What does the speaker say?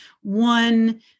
one